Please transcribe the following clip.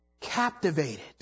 captivated